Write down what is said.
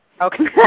Okay